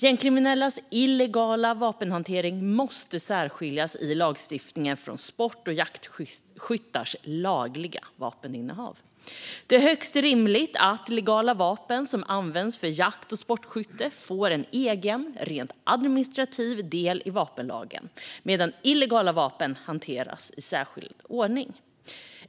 Gängkriminellas illegala vapenhantering måste i lagstiftningen särskiljas från sport och jaktskyttars lagliga vapeninnehav. Det är högst rimligt att legala vapen som används för jakt och sportskytte får en egen, rent administrativ del i vapenlagen, medan illegala vapen hanteras i särskild ordning.